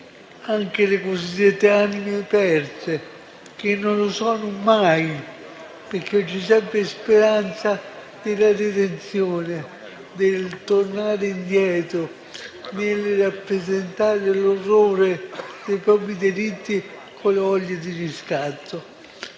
anche le cosiddette anime perse, che non lo sono mai, perché c'è sempre speranza nella redenzione, nel tornare indietro, nel rappresentare l'orrore dei propri delitti con la voglia di riscatto.